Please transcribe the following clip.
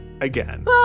again